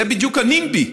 זה בדיוק ה-NIMBY.